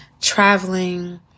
traveling